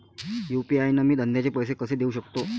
UPI न मी धंद्याचे पैसे कसे देऊ सकतो?